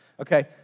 Okay